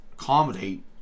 accommodate